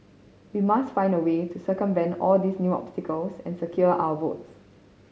we must find a way to circumvent all these new obstacles and secure our votes